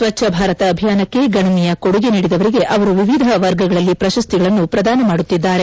ಸ್ವಚ್ದ ಭಾರತ ಅಭಿಯಾನಕ್ಕೆ ಗಣನೀಯ ಕೊಡುಗೆ ನೀಡಿದವರಿಗೆ ಅವರು ವಿವಿಧ ವರ್ಗಗಳಲ್ಲಿ ಪ್ರಶಸ್ತಿಗಳನ್ನೂ ಪ್ರದಾನ ಮಾಡುತ್ತಿದ್ದಾರೆ